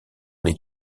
les